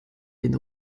den